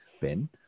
Ben